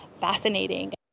fascinating